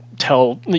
tell